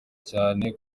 cyane